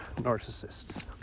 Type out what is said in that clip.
narcissists